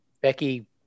Becky